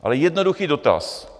Ale jednoduchý dotaz.